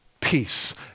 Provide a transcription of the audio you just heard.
peace